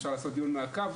אפשר לעשות דיון מעקב.